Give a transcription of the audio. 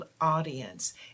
audience